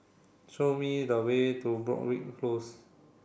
show me the way to Broadrick Close